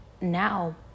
now